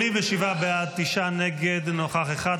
87 בעד, תשעה נגד, נוכח אחד.